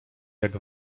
jak